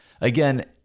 Again